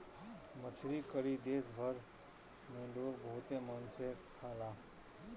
मछरी करी देश भर में लोग बहुते मन से खाला